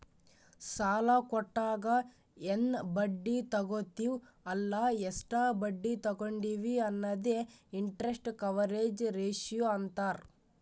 ಸಾಲಾ ಕೊಟ್ಟಾಗ ಎನ್ ಬಡ್ಡಿ ತಗೋತ್ತಿವ್ ಅಲ್ಲ ಎಷ್ಟ ಬಡ್ಡಿ ತಗೊಂಡಿವಿ ಅನ್ನದೆ ಇಂಟರೆಸ್ಟ್ ಕವರೇಜ್ ರೇಶಿಯೋ ಅಂತಾರ್